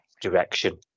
direction